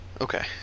Okay